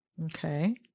Okay